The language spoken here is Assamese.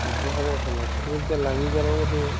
জীয়াক আৰু কথা নাই ঠিক তেনেকে লাঙি জালৰো সেয়ে